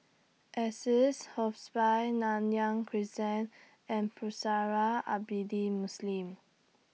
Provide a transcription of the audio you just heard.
Assisi Hospice Nanyang Crescent and Pusara Abadi Muslim